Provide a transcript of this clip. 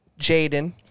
Jaden